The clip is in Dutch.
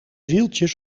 wieltjes